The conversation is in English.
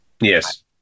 Yes